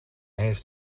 heeft